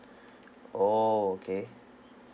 orh okay